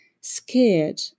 scared